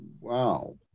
wow